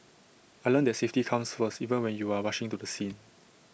I learnt that safety comes first even when you are rushing to the scene